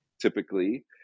typically